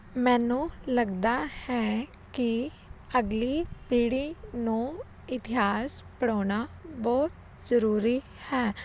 ਮੈਨੂੰ ਲੱਗਦਾ ਹੈ ਕਿ ਅਗਲੀ ਪੀੜ੍ਹੀ ਨੂੰ ਇਤਿਹਾਸ ਪੜ੍ਹਾਉਣਾ ਬਹੁਤ ਜ਼ਰੂਰੀ ਹੈ